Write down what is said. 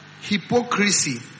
Hypocrisy